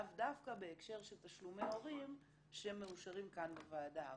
לאו דווקא בהקשר של תשלומי הורים שמאושרים כאן בוועדה.